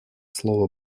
слово